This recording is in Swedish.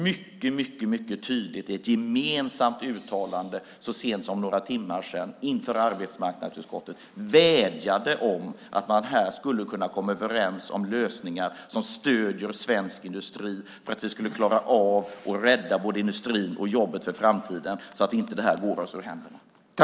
Man gjorde mycket tydligt ett gemensamt uttalande så sent som för några timmar sedan inför arbetsmarknadsutskottet och vädjade om att man här skulle kunna komma överens om lösningar som stöder svensk industri för att vi skulle klara av att rädda vår industri och jobben för framtiden så att det här inte går oss ur händerna.